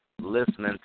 listening